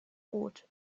rot